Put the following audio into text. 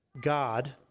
God